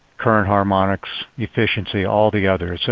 current harmonics efficiency, all the others. so